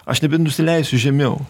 aš nebenusileisiu žemiau